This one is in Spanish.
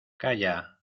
calla